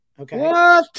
Okay